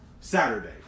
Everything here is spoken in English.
Saturday